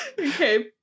Okay